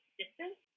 distance